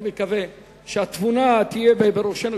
אני מקווה שהתבונה תהיה בראשנו,